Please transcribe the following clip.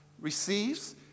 receives